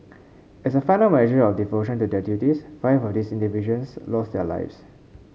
as a final measure of devotion to their duties five of these individuals lost their lives